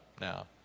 now